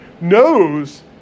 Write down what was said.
knows